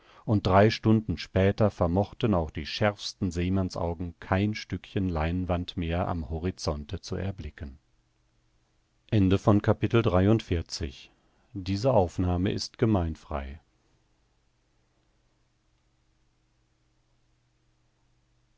und drei stunden später vermochten auch die schärfsten seemannsaugen kein stückchen leinwand mehr am horizonte zu erblicken